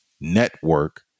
network